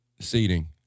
seating